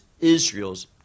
Israel's